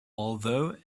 although